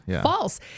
False